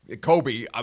Kobe